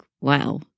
wow